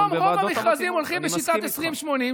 היום רוב המכרזים הולכים בשיטת 80/20,